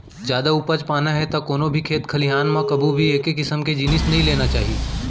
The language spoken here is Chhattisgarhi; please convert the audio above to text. जादा उपज पाना हे त कोनो भी खेत खलिहान म कभू भी एके किसम के जिनिस नइ लेना चाही